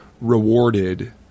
rewarded